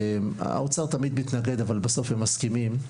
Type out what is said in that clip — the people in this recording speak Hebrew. והאוצר תמיד מתנגד אבל בסוף הם מסכימים,